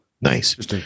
Nice